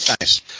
Nice